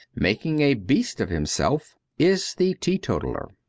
making a beast of him self is the teetotaller.